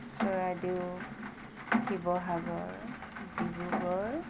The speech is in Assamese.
চৰাইদেউ শিৱসাগৰ ডিব্ৰুগড়